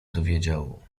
dowiedział